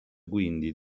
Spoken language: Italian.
quindi